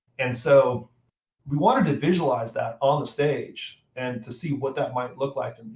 and so we wanted to visualize that on the stage, and to see what that might look like, and